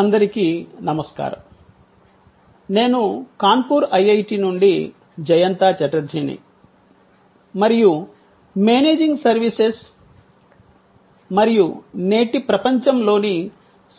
అందరికీ నమస్కారం నేను కాన్పూర్ ఐఐటి నుండి జయంతా ఛటర్జీని మరియు మేనేజింగ్ సర్వీసెస్ మరియు నేటి ప్రపంచంలోని